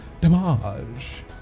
Damage